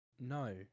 No